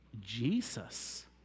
Jesus